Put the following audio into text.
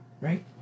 right